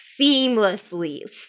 seamlessly